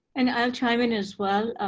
and i'll chime in as well.